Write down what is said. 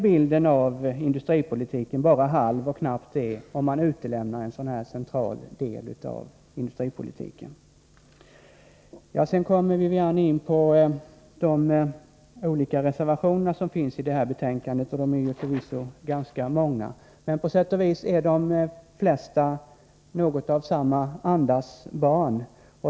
Bilden av industripolitiken blir bara halv, och knappt det, om man utelämnar en sådan här central del av industripolitiken. Wivi-Anne Radesjö kom också in på de olika reservationer som är fogade till detta betänkande. De är förvisso ganska många, men på sätt och vis är de flesta något av samma andas barn.